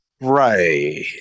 Right